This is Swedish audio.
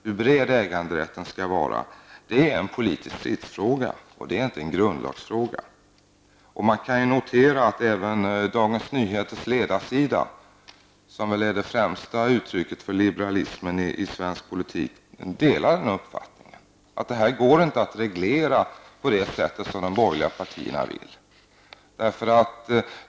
Hur bred äganderätten skall vara är en politisk stridsfråga och inte en grundlagsfråga. Man kan även notera att Dagens Nyheters ledarsida, som väl är det främsta uttrycket för liberalismen i svensk politik, delar den här uppfattningen. Detta går inte att reglera på det sätt som de borgerliga vill.